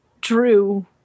drew